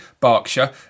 Berkshire